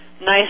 Nice